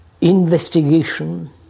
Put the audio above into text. investigation